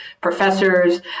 professors